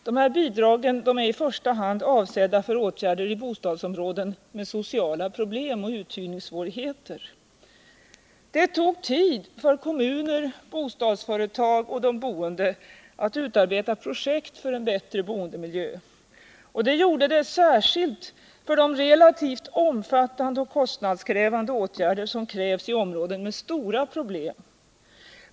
Dessa bidrag är i första hand avsedda för åtgärder i bostadsområden med sociala problem och uthyrningssvårigheter. Det tog tid för kommuner, bostadsföretag och de boende att utarbeta projekt för en bättre boendemiljö, och det gjorde det särskilt för de relativt omfattande och kostnadskrävande åtgärder som krävs i områden med stora problem.